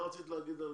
מה רצית להגיד?